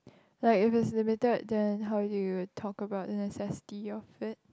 like if is limited then how do you talk about the necessity of it